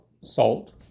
salt